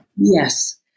Yes